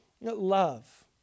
love